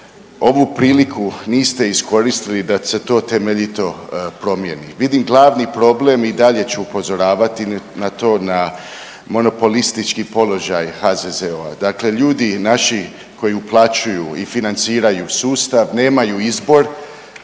ovu priliku niste iskoristili da se to temeljito promijeni. Vidim glavni problem i dalje ću upozoravati na to, na monopolistički položaj HZZO-a, dakle ljudi naši koji uplaćuju i financiraju sustav nemaju izbor,